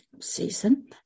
season